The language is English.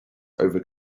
over